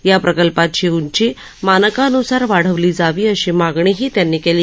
या प्रकल्पाची उंची मानकान्सार वाढवली जावी अशी मागणीही त्यांनी कली